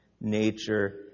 nature